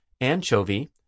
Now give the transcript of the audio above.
anchovy